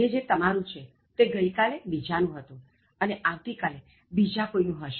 આજે જે તમારું છે તે ગઇકાલે બીજાનું હતું અને આવતી કાલે બીજા કોઇનું હશે